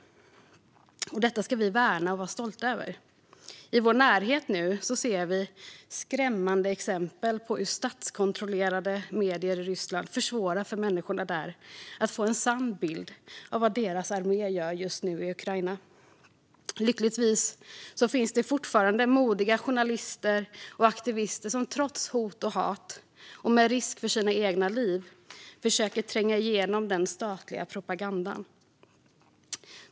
Detta ska vi värna och vara stolta över. I vår närhet ser vi nu skrämmande exempel på hur statskontrollerade medier i Ryssland försvårar för människorna där att få en sann bild av vad deras armé gör just nu i Ukraina. Lyckligtvis finns det fortfarande modiga journalister och aktivister som trots hot och hat och med risk för sina egna liv försöker tränga igenom den statliga propagandan.